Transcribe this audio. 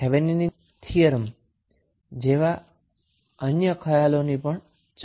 અને છેલ્લા ક્લાસમા આપણે થેવેનિન થીયરમની શરુઆત કરી હતી